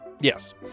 Yes